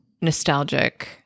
nostalgic